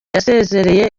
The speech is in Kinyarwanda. yasezereye